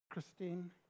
Christine